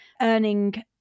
Earning